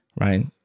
Right